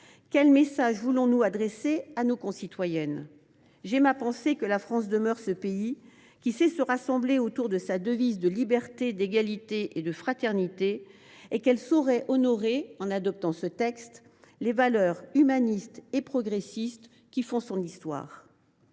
quel message voulons nous adresser à nos concitoyennes ? J’aime à penser que la France demeure ce pays qui sait se rassembler autour de sa devise Liberté, Égalité, Fraternité et que nous ferions honneur, en adoptant ce texte, aux valeurs humanistes et progressistes qui font l’histoire